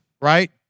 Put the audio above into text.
Right